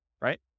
right